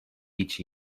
each